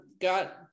got